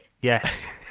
Yes